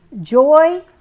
joy